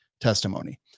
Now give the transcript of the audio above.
testimony